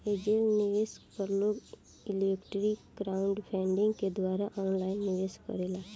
angel निवेशक पर लोग इक्विटी क्राउडफण्डिंग के द्वारा ऑनलाइन निवेश करेला